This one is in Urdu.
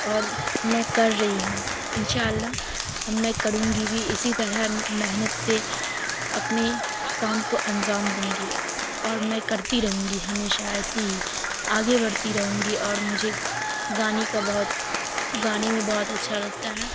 اور میں کر رہی ہوں ان شاء اللہ اب میں کروں گی بھی اسی طرح محنت سے اپنے کام کو انجام دوں گی اور میں کرتی رہوں گی ہمیشہ ایسے ہی آگے بڑھتی رہوں گی اور مجھے گانے کا بہت گانے میں بہت اچھا لگتا ہے